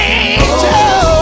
angel